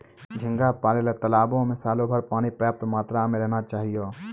झींगा पालय ल तालाबो में सालोभर पानी पर्याप्त मात्रा में रहना चाहियो